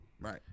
right